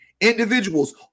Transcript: individuals